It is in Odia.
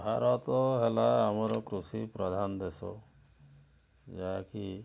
ଭାରତ ହେଲା ଆମର କୃଷି ପ୍ରଧାନ ଦେଶ ଯାହାକି